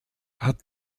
hat